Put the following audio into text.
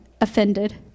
offended